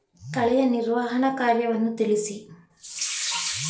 ಕಳೆಯ ನಿರ್ವಹಣಾ ಕಾರ್ಯವನ್ನು ತಿಳಿಸಿ?